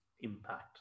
impact